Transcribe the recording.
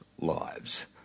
lives